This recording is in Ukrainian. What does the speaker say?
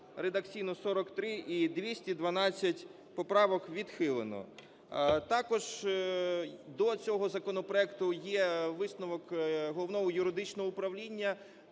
редакційно – 43 і 212 поправок відхилено. Також до цього законопроекту є висновок Головного юридичного управління.